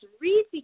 Read